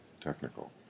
technical